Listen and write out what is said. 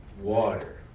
water